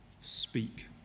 speak